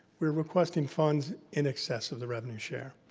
we're requesting funds in excess of the revenue share.